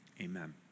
Amen